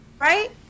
right